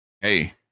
Hey